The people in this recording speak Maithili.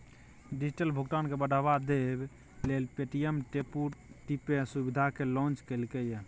डिजिटल भुगतान केँ बढ़ावा देबै लेल पे.टी.एम टैप टू पे सुविधा केँ लॉन्च केलक ये